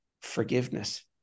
forgiveness